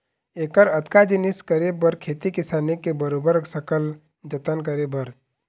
ऐकर अतका जिनिस करे बर खेती किसानी के बरोबर सकल जतन करे बर